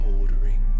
ordering